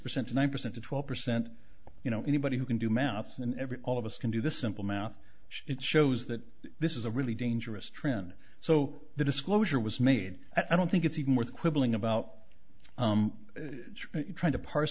percent to nine percent to twelve percent you know anybody who can do math and every all of us can do the simple math it shows that this is a really dangerous trend so the disclosure was made i don't think it's even worth quibbling about trying to pars